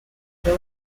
for